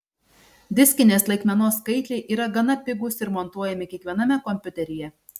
diskinės laikmenos skaitliai yra gana pigūs ir montuojami kiekviename kompiuteryje